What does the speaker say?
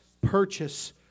purchase